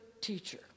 teacher